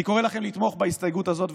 אני קורא לכם לתמוך בהסתייגות הזאת,